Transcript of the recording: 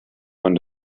von